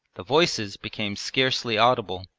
the voices became scarcely audible,